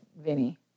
Vinny